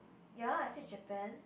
ya I said Japan